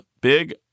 big